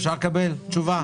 אפשר לקבל תשובה?